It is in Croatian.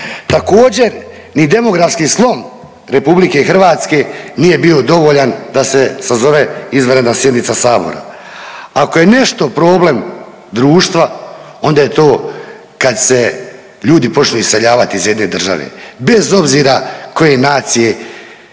Također ni demografski slom RH nije bio dovoljan da se sazove izvanredna sjednica sabora. Ako je nešto problem društva onda je to kad se ljudi počnu iseljavat iz jedne države bez obzira koje nacije